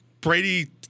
Brady